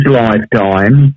lifetime